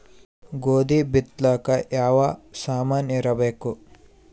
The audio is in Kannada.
ಗೋಧಿ ಬಿತ್ತಲಾಕ ಯಾವ ಸಾಮಾನಿರಬೇಕು?